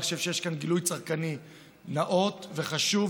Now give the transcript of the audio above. אני חושב שיש כאן גילוי צרכני נאות וחשוב,